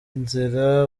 nzira